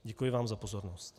Děkuji vám za pozornost.